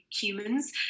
humans